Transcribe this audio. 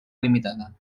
limitada